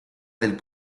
del